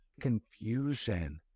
confusion